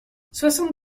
soixante